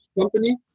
company